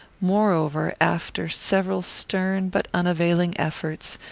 moreover, after several stern but unavailing efforts,